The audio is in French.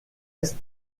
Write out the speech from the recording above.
est